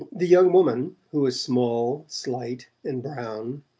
the young woman, who was small, slight and brown,